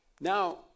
Now